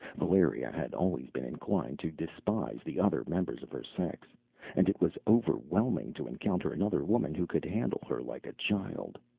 valeria had always been inclined to despise the other members of her sex and it was overwhelming to encounter another woman who could handle her like a child.